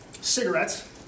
cigarettes